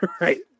Right